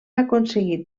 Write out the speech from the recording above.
aconseguit